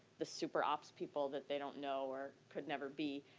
the super ops people that they don't know or could never be,